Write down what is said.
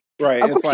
Right